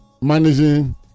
managing